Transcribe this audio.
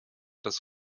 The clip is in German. das